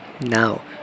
now